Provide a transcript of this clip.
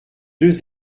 deux